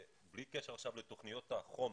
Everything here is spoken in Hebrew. בלי קשר לתוכניות החומש,